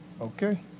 Okay